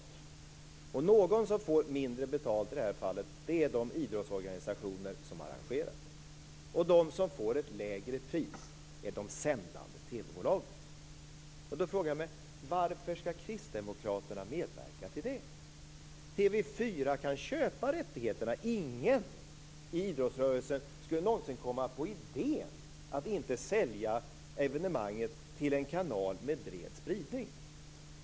Denna någon som i det här fallet får mindre betalt är de idrottsorganisationer som arrangerar, och de som får ett lägre pris är de sändande TV-bolagen. Då frågar jag mig: Varför skall Kristdemokraterna medverka till detta? TV 4 kan köpa rättigheterna. Ingen inom idrottsrörelsen skulle någonsin komma på idén att inte sälja evenemang till en kanal med bred spridning.